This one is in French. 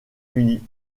unis